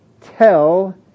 tell